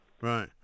Right